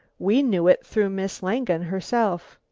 we knew it through miss langen herself.